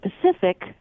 Pacific